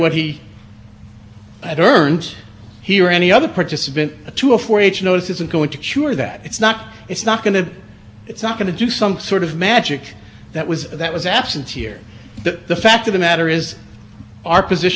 the the fact of the matter is our position has consistently been that he was never a participant therefore no notice would be required and also he wasn't he didn't have the protection of the of the n t cut back rule